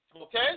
Okay